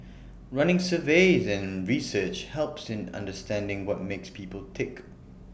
running surveys and research helps in understanding what makes people tick